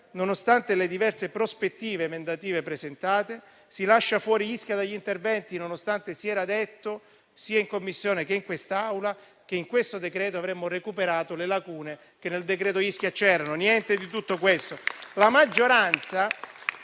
nonostante le diverse proposte emendative presentate, si lascia fuori Ischia dagli interventi, nonostante si fosse detto, sia in Commissione che in quest'Aula, che con questo decreto avremmo recuperato le lacune del decreto Ischia; niente di tutto questo.